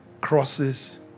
crosses